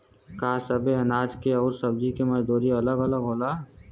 का सबे अनाज के अउर सब्ज़ी के मजदूरी अलग अलग होला?